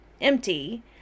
empty